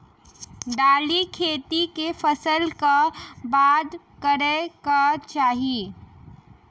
दालि खेती केँ फसल कऽ बाद करै कऽ चाहि?